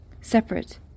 separate